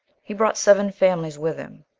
he brought seven families with him.